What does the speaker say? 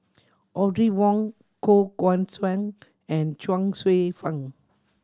Audrey Wong Koh Guan Song and Chuang Hsueh Fang